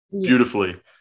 beautifully